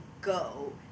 go